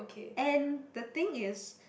and the thing is